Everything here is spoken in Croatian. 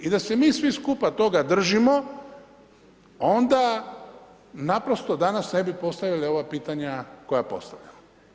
I da se mi svi skupa toga držimo, onda naprosto danas ne bi postavljali ova pitanja koja postavljamo.